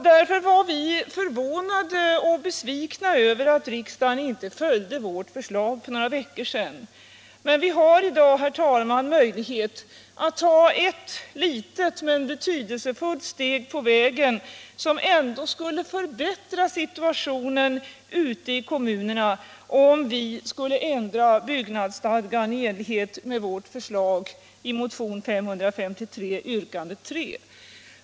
Därför var vi förvånade och besvikna över att riksdagen inte följde vårt förslag för några veckor sedan. Vi har i dag, herr talman, möjlighet att ta ett litet men betydelsefullt steg på vägen, som skulle förbättra situationen ute i kommunerna. Detta skulle ske om vi ändrar byggnadsstadgan i enlighet med vårt förslag i motionen 553 yrkande 3.